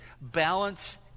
balance